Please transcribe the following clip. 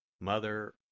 Mother